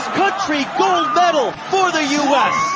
country battle for the u s.